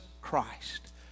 Christ